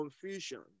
confusion